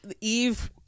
Eve